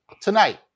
Tonight